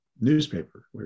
newspaper